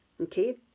okay